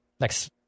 Next